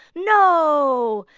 no.